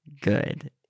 good